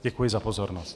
Děkuji za pozornost.